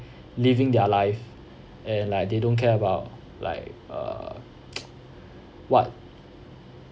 living their life and like they don't care about like uh what